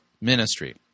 ministry